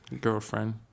girlfriend